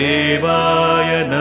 Devaya